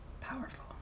powerful